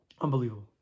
Unbelievable